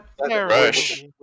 Rush